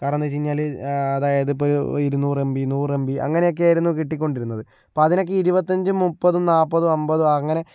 കാരണമെന്തെന്ന് വെച്ച് കഴിഞ്ഞാല് അതായത് ഇപ്പോൾ ഒരു ഇരുനൂറ് എം ബി നൂറ് എം ബി അങ്ങനക്കെയായിരുന്നു കിട്ടിക്കൊണ്ടിരുന്നത് അപ്പോൾ അതിനൊക്കെ ഇരുപത്തഞ്ചും മുപ്പതും നാപ്പതും അമ്പതും അങ്ങനെ